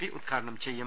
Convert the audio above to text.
P ഉദ്ഘാടനം ചെയ്യും